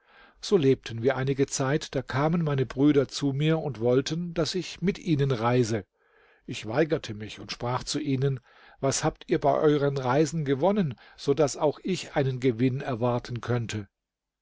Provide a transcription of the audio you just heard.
so lebten wir einige zeit da kamen meine brüder zu mir und wollten daß ich mit ihnen reise ich weigerte mich und sprach zu ihnen was habt ihr bei euren reisen gewonnen so daß auch ich einen gewinn erwarten könnte